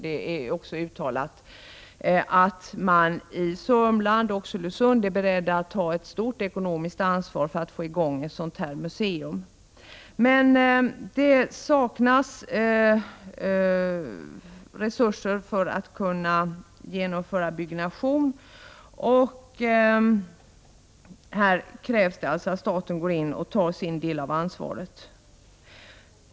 Det är också uttalat att man i Oxelösund och Sörmland är beredd att ta ett stort ekonomiskt ansvar för att få i gång ett museum av detta slag. Men resurser för att genomföra byggnation saknas. Här krävs att staten går in och tar sin del av ansvaret.